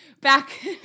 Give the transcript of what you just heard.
Back